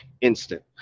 instant